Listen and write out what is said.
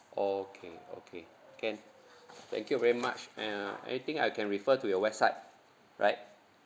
okay okay can thank you very much uh anything I can refer to your website right